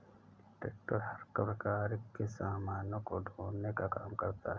tractor हर प्रकार के सामानों को ढोने का काम करता है